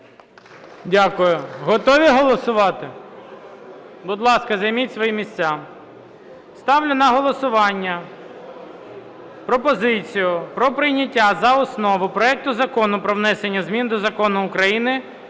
Дякую. Готові голосувати? Будь ласка, займіть свої місця. Ставлю на голосування пропозицію про прийняття за основу проект Закону про внесення змін до Закону України